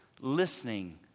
listening